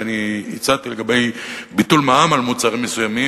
ואני הצעתי לגבי ביטול מע"מ על מוצרים מסוימים,